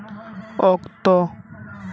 ᱚᱠᱛᱚ